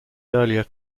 earlier